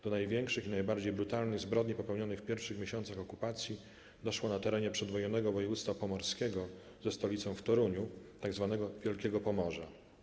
Do największych i najbardziej brutalnych zbrodni popełnionych w pierwszych miesiącach okupacji doszło na terenie przedwojennego województwa pomorskiego ze stolicą w Toruniu, tzw. Wielkiego Pomorza.